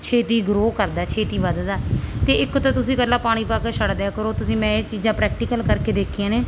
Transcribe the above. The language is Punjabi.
ਛੇਤੀ ਗਰੋ ਕਰਦਾ ਛੇਤੀ ਵੱਧਦਾ ਅਤੇ ਇੱਕ ਤਾਂ ਤੁਸੀਂ ਇਕੱਲਾ ਪਾਣੀ ਪਾ ਕੇ ਛੱਡ ਦਿਆ ਕਰੋ ਤੁਸੀਂ ਮੈਂ ਇਹ ਚੀਜ਼ਾਂ ਪ੍ਰੈਕਟੀਕਲ ਕਰਕੇ ਦੇਖੀਆਂ ਨੇ